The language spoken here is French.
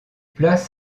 place